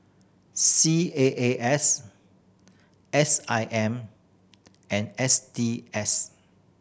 C A A S S I M and S T S